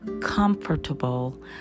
comfortable